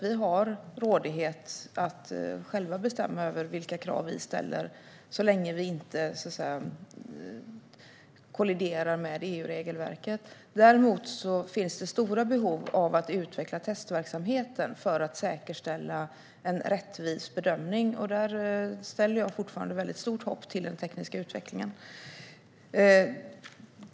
Vi har rådighet att själva bestämma över vilka krav vi ställer så länge de inte kolliderar med EU-regelverket. Det finns dock stora behov av att utveckla testverksamheten för att säkerställa en rättvis bedömning. Här sätter jag stort hopp till den tekniska utvecklingen.